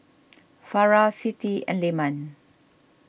Farah Siti and Leman